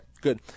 good